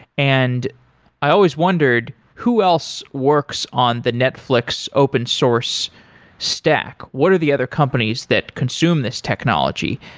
and i always wondered who else works on the netflix open source stack. what are the other companies that consume this technology?